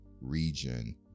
region